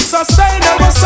Sustainable